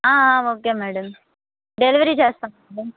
okay madam delivery చేస్తాం madam